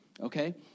Okay